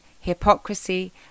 hypocrisy